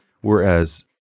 Whereas